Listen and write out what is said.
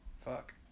Fuck